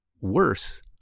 worse